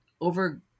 over